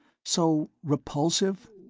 so repulsive?